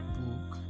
book